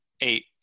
Eight